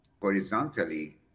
horizontally